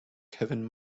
kevin